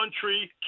country